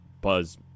buzz